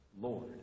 Lord